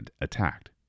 attacked